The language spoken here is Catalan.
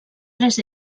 tres